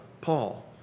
Paul